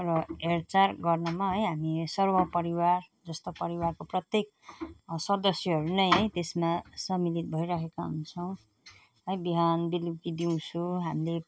र हेरचाह गर्नमा है हामी सर्व परिवार जस्तो परिवारको प्रत्येक सदस्यहरू नै है त्यसमा सम्मिलित भइरहेका हुन्छौँ है बिहान बेलुकी दिउँसो हामीले